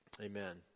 Amen